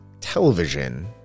television